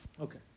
Okay